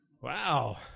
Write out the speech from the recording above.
Wow